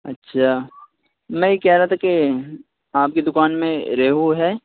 اچھا میں یہ کہہ رہا تھا کہ آپ کی دکان میں ریہو ہے